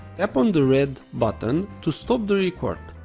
tap um the red button to stop the record.